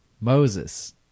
Moses